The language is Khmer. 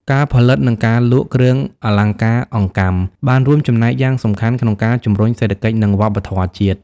ការផលិត និងការលក់ គ្រឿងអលង្ការអង្កាំ បានរួមចំណែកយ៉ាងសំខាន់ក្នុងការជំរុញសេដ្ឋកិច្ច និងវប្បធម៌ជាតិ។